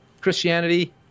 Christianity